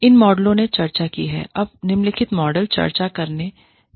इन मॉडलों ने चर्चा की है अब निम्नलिखित मॉडल चर्चा करते हैं